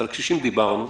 על הקשישים דיברנו,